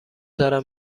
دارم